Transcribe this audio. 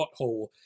butthole